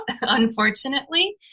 unfortunately